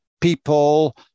people